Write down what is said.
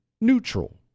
neutral